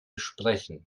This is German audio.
sprechen